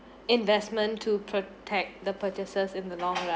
investment to protect the purchases in the long